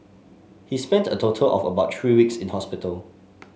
he spent a total of about three weeks in hospital